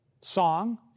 song